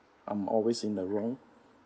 I'm always in the wrong